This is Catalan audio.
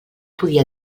podia